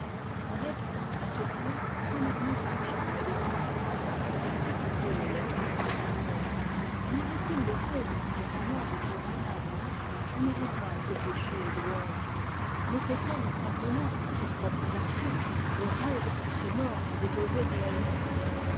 avec à ses pieds son armure d'argent et de sable quel avait été le legs de cet homme lui avait-il laissé cet amant de giovanna de naples un héritage de péché et de honte nétaient elles simplement ses propres actions les rêves que ce mort n'avait osé réaliser